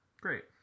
Great